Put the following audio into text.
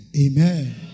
Amen